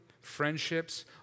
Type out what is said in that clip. friendships